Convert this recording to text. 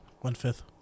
One-fifth